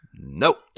Nope